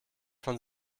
von